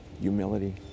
humility